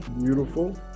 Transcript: beautiful